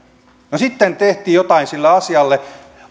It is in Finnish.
no sitten tehtiin jotain sille asialle